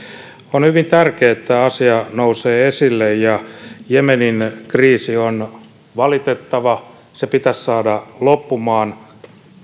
on hyvin tärkeää että tämä asia nousee esille jemenin kriisi on valitettava se pitäisi saada loppumaan